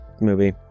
movie